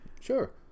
Sure